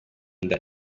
inda